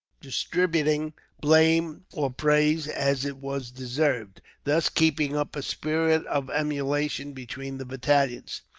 distributing blame or praise as it was deserved, thus keeping up a spirit of emulation between the battalions.